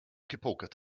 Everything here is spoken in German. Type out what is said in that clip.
gepokert